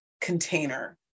container